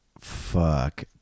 Fuck